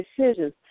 decisions